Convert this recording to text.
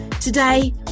Today